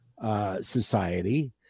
society